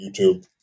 youtube